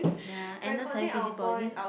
ya Agnes are you busy body